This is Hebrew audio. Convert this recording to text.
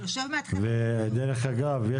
דרך אגב,